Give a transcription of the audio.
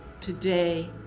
today